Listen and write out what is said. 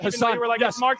yes